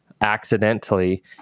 accidentally